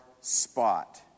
spot